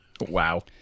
Wow